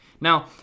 Now